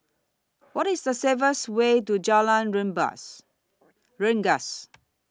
What IS The Way to Jalan Rengas Rendas